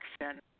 action